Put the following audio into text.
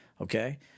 okay